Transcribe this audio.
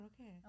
okay